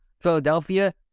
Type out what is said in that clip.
Philadelphia